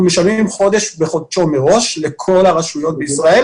אנחנו משלמים חודש בחודשו מראש לכל הרשויות בישראל